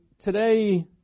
today